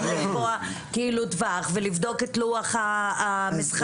גם לקבוע טווח ולקבוע את לוח המשחקים.